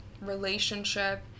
relationship